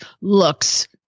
looks